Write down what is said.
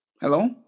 Hello